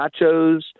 nachos